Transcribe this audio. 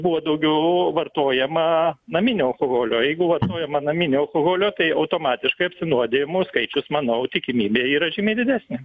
buvo daugiau vartojama naminio alkoholio o jeigu vartojama naminio alkoholio tai automatiškai apsinuodijimų skaičius manau tikimybė yra žymiai didesnė